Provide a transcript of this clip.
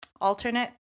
alternate